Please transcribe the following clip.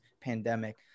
pandemic